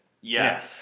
Yes